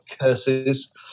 curses